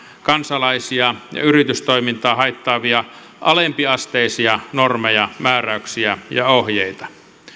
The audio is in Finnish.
kansalaisia ja yritystoimintaa haittaavia alempiasteisia normeja määräyksiä ja ohjeita